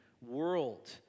world